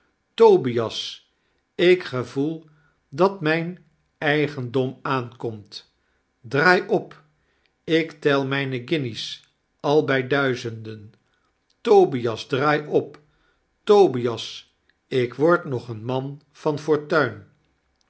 tobias ik gevoel dat mfln eigendom aankomt draai op i ik tel mijne guinjes al bij duizenden tobias draai op tobias ik word nog een man van fortuin